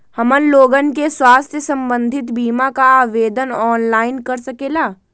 हमन लोगन के स्वास्थ्य संबंधित बिमा का आवेदन ऑनलाइन कर सकेला?